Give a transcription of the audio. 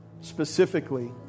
specifically